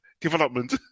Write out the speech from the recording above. development